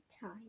time